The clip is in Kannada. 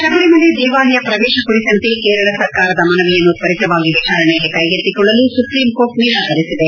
ಶಬರಿಮಲೆ ದೇವಾಲಯ ಪ್ರವೇಶ ಕುರಿತಂತೆ ಕೇರಳ ಸರ್ಕಾರದ ಮನವಿಯನ್ನು ತ್ವರಿತವಾಗಿ ವಿಚಾರಣೆ ಕೈಗೆತ್ತಿಕೊಳ್ಳಲು ಸುಪ್ರೀಂಕೋರ್ಟ್ ನಿರಾಕರಿಸಿದೆ